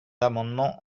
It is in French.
amendements